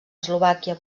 eslovàquia